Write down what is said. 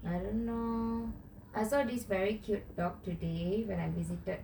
I don't know I saw this very cute dog today when I visited